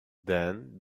then